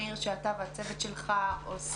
מאיר, שאתה והצוות שלך עושים